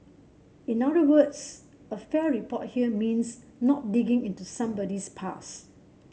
in other words a fair report here means not digging into somebody's past